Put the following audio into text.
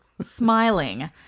smiling